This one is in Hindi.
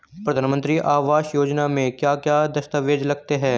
प्रधानमंत्री आवास योजना में क्या क्या दस्तावेज लगते हैं?